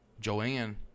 Joanne